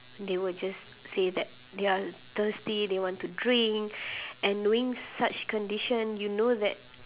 they will just say that they are thirsty they want to drink and knowing such condition you know that